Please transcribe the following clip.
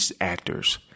actors